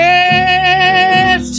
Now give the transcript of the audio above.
Yes